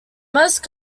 most